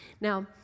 Now